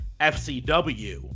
FCW